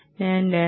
ഞാൻ 2